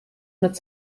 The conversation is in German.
mit